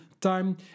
time